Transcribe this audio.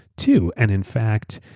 too. and in fact,